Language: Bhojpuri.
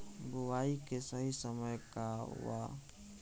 बुआई के सही समय का वा?